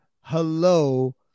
hello